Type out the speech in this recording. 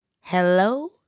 Hello